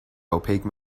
opaque